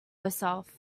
herself